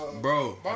Bro